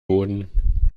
boden